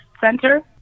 Center